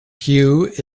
hugh